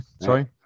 Sorry